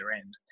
end